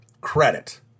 credit